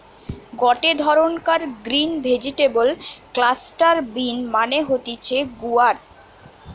গটে ধরণকার green vegetable cluster bean মানে হতিছে গুয়ার